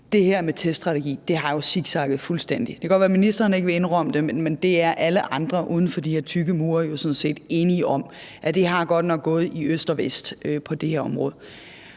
det her med teststrategi har zigzagget fuldstændigt. Det kan godt være, ministeren ikke vil indrømme det, men det er alle andre uden for de her tykke mure sådan set enige om, altså at det godt nok har været i øst og vest på det her område.